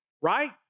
right